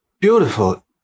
beautiful